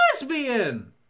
lesbian